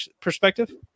perspective